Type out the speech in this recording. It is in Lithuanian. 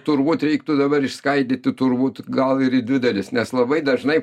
turbūt reiktų dabar išskaidyti turbūt gal ir į dvi dalis nes labai dažnai